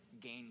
gain